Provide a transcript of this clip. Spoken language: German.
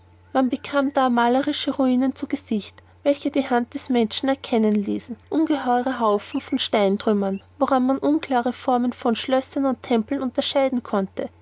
man bekam da malerische ruinen zu gesicht welche die hand des menschen erkennen ließen ungeheure haufen von steintrümmern woran man unklare formen von schlössern und tempeln unterscheiden konnte